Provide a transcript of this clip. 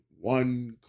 one